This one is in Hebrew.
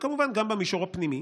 וכמובן גם במישור הפנימי.